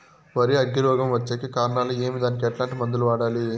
వరి అగ్గి రోగం వచ్చేకి కారణాలు ఏమి దానికి ఎట్లాంటి మందులు వాడాలి?